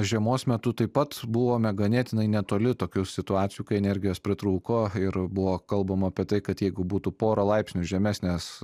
žiemos metu taip pat buvome ganėtinai netoli tokių situacijų kai energijos pritrūko ir buvo kalbama apie tai kad jeigu būtų pora laipsnių žemesnės